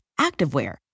activewear